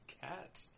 cat